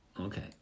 Okay